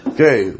Okay